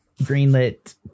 greenlit